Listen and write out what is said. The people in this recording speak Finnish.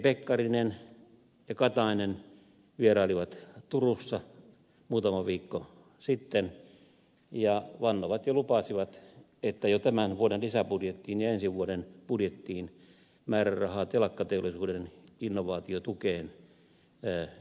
ministerit pekkarinen ja katainen vierailivat turussa muutama viikko sitten ja vannoivat ja lupasivat että jo tämän vuoden lisäbudjettiin ja ensi vuoden budjettiin määrärahaa telakkateollisuuden innovaatiotukeen myönnetään